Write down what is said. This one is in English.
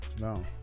No